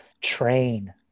train